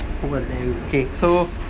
!walao! okay so